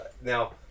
Now